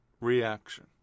reaction